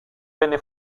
venne